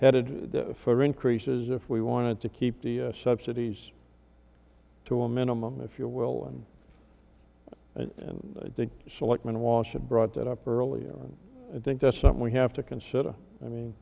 headed for increases if we wanted to keep the subsidies to a minimum if you will and i think selectman walsh it brought that up earlier and i think that's something we have to consider i mean